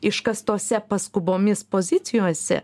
iškastose paskubomis pozicijose